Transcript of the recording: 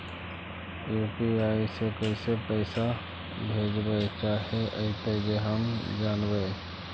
UPI से कैसे पैसा भेजबय चाहें अइतय जे हम जानबय?